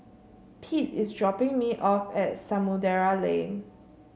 Pete is dropping me off at Samudera Lane